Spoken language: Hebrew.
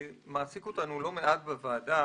שמעסיק אותנו לא מעט בוועדה.